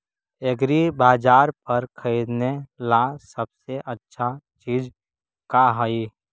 एग्रीबाजार पर खरीदने ला सबसे अच्छा चीज का हई?